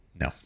No